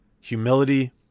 Humility